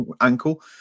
ankle